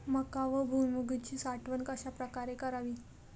मका व भुईमूगाची साठवण कशाप्रकारे करावी?